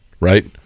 right